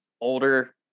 older